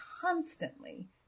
constantly